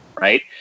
Right